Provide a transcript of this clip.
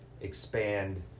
expand